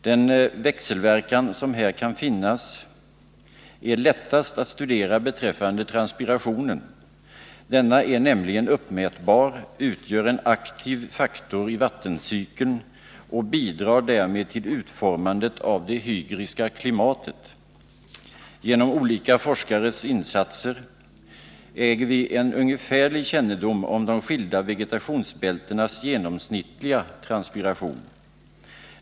Den växelverkan som här kan finnas är lättast att studera beträffande transpirationen. Denna är nämligen uppmätbar, och den utgör en aktiv faktor i vattencykeln och bidrar därmed till utformandet av det hygriska klimatet. Genom olika forskares insatser äger vi en ungefärlig kännedom om de skilda vegetationsbältenas genomsnittliga transpiration.